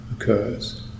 occurs